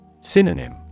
Synonym